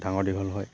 ডাঙৰ দীঘল হয়